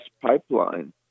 pipeline